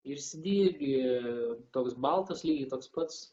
ir cd irgi toks baltas lygiai toks pats